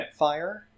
Netfire